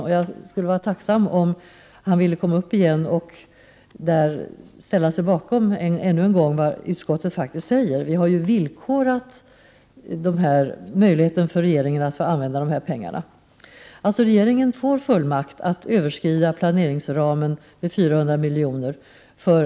Därför skulle jag vara tacksam om han än en gång ville ställa sig bakom vad utskottet faktiskt har skrivit. Vi har ju villkorat möjligheten för regeringen att få använda pengarna. Regeringen får alltså fullmakt att överskrida planeringsramen med 400 milj.kr.